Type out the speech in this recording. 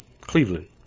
Cleveland